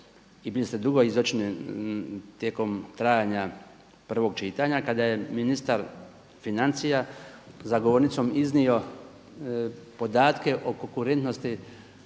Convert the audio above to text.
se ne razumije./… tijekom trajanja prvog čitanja kada je ministar financija za govornicom iznio podatke o konkurentnosti